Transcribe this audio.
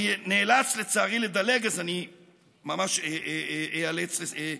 אני נאלץ, לצערי, לדלג, אני ממש איאלץ לצמצם.